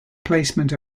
placement